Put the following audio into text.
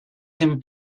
him